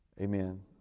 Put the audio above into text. Amen